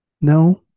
No